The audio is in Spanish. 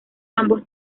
ambos